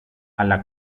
αλλά